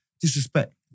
Disrespect